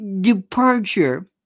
departure